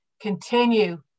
continue